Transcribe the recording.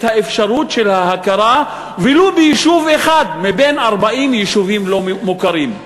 את האפשרות של ההכרה ולו ביישוב אחד מבין 40 יישובים לא-מוכרים.